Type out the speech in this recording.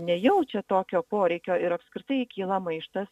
nejaučia tokio poreikio ir apskritai kyla maištas